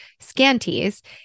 Scanties